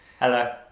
Hello